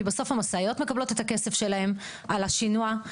כי בסוף המשאיות מקבלות את הכסף שלהן על השינוע.